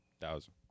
thousand